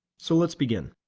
so let's begin.